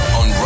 on